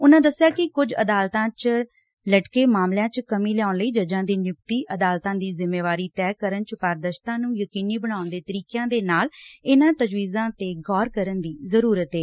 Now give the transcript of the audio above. ਉਨੂਾਂ ਦਸਿਆ ਕਿ ਕੁਝ ਅਦਾਲਤਾ ਚ ਲਟਕੇ ਮਾਮਲਿਆਂ ਚ ਕਮੀ ਲਿਆਉਣ ਲਈ ਜੱਜਾ ਦੀ ਨਿਯੁਕਡੀ ਅਦਾਲਤਾ ਦੀ ਜਿੰਮੇਦਾਰੀ ਤੈਅ ਕਰਨ ਚ ਪਾਰਦਸਿਤਾ ਨੁੰ ਯਕੀਨੀ ਬਣਾਉਣ ਦੇ ਤਰੀਕਿਆਂ ਦੇ ਨਾਲ ਇਨੁਾਂ ਤਜ਼ਵੀਜ਼ਾਂ ਤੇ ਗੌਰ ਕਰਨ ਦੀ ਜ਼ਰਰਤ ਏ